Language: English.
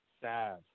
sad